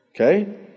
Okay